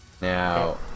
Now